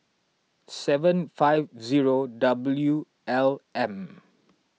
seven five zero W L M